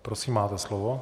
Prosím, máte slovo.